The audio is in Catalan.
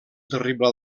terrible